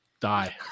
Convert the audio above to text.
die